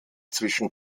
zwischen